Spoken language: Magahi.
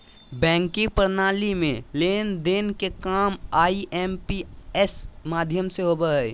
बैंकिंग प्रणाली में लेन देन के काम आई.एम.पी.एस माध्यम से होबो हय